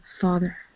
Father